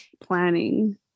planning